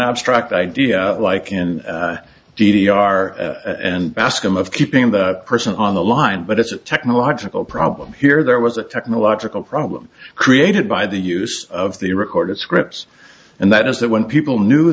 abstract idea like in d d r and ask them of keeping the person on the line but it's a technological problem here there was a technological problem created by the use of the recorded scripts and that is that when people knew